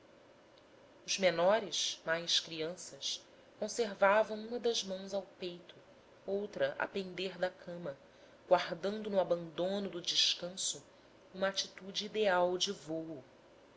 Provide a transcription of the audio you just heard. os menores mais crianças conservavam uma das mãos ao peito outra a pender da cama guardando no abandono do descanso uma atitude ideal de vôo